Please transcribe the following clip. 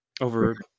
over